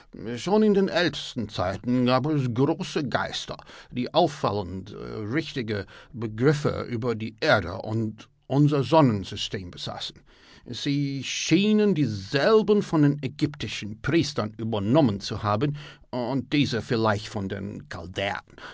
schon in den ältesten zeiten gab es große geister die auffallend richtige begriffe über die erde und unser sonnensystem besaßen sie scheinen dieselben von den ägyptischen priestern überkommen zu haben und diese vielleicht von den